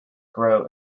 grow